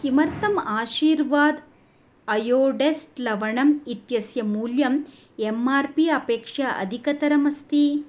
किमर्थम् आशीर्वाद् अयोडेस्ट् लवणम् इत्यस्य मूल्यम् एम् आर् पी अपेक्षा अधिकतरमस्ति